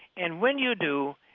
and when you do,